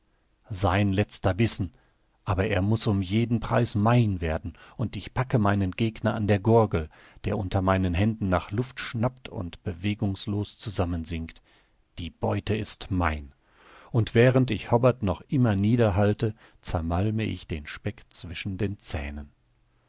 sein letzter bissen aber er muß um jeden preis mein werden und ich packe meinen gegner an der gurgel der unter meinen händen nach luft schnappt und bewegungslos zusammensinkt die beute ist mein und während ich hobbart noch immer nieder halte zermalme ich den speck zwischen den zähnen